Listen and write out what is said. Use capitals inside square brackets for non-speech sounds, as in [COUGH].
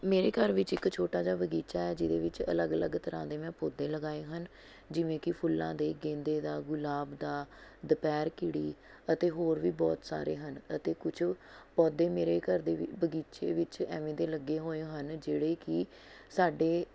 ਮੇਰੇ ਘਰ ਵਿੱਚ ਇੱਕ ਛੋਟਾ ਜਿਹਾ ਬਗ਼ੀਚਾ ਹੈ ਜਿਹਦੇ ਵਿੱਚ ਅਲੱਗ ਅਲੱਗ ਤਰ੍ਹਾਂ ਦੇ ਮੈਂ ਪੌਦੇ ਲਗਾਏ ਹਨ ਜਿਵੇਂ ਕਿ ਫੁੱਲਾਂ ਦੇ ਗੇਂਦੇ ਦਾ ਗੁਲਾਬ ਦਾ ਦੁਪਹਿਰ ਖਿੜ੍ਹੀ ਅਤੇ ਹੋਰ ਵੀ ਬਹੁਤ ਸਾਰੇ ਹਨ ਅਤੇ ਕੁਛ ਪੌਦੇ ਮੇਰੇ ਘਰ ਦੇ [UNINTELLIGIBLE] ਬਗ਼ੀਚੇ ਵਿੱਚ ਐਵੇਂ ਦੇ ਲੱਗੇ ਹੋਏ ਹਨ ਜਿਹੜੇ ਕਿ ਸਾਡੇ